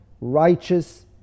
righteous